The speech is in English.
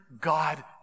God